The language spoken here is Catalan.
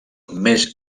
més